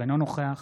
אינו נוכח